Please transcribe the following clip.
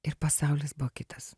ir pasaulis buvo kitas